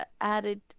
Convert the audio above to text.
added